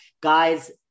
guys